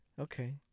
Okay